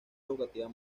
educativo